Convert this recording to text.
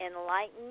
enlightened